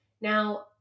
Now